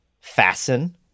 fasten